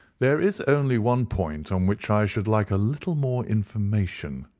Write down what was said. there is only one point on which i should like a little more information,